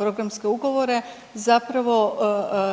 programske ugovore zapravo